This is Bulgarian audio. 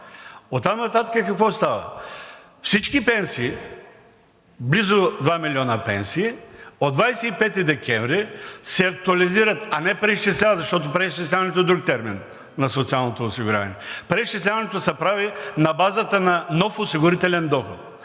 Оттам нататък какво става? Всички пенсии – близо два милиона, от 25 декември се актуализират, а не преизчисляват, защото преизчисляването е друг термин на социалното осигуряване. Преизчисляването се прави на базата на нов осигурителен доход.